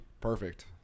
Perfect